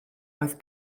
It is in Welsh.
oedd